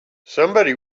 somebody